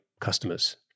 customers